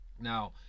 Now